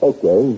Okay